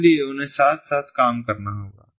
इसलिए उन्हें साथ साथ काम करना होगा